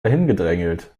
hingedrängelt